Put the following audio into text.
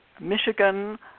Michigan